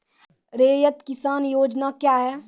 रैयत किसान योजना क्या हैं?